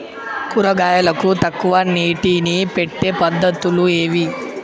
కూరగాయలకు తక్కువ నీటిని పెట్టే పద్దతులు ఏవి?